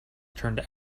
turned